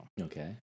okay